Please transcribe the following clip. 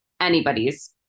anybody's